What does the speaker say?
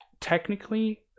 technically